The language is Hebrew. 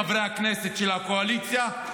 חברי הכנסת של הכנסת,